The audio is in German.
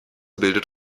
bildet